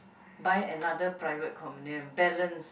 buy another private condominium balance